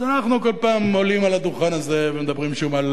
אז אנחנו כל פעם עולים על הדוכן הזה ומדברים שוב על